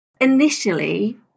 Initially